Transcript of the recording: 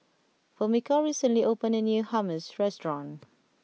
Fumiko recently opened a new Hummus restaurant